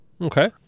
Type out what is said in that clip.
Okay